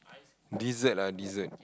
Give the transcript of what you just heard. dessert ah dessert